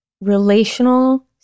relational